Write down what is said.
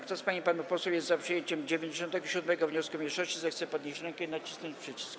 Kto z pań i panów posłów jest za przyjęciem 97. wniosku mniejszości, zechce podnieść rękę i nacisnąć przycisk.